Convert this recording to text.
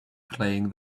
playing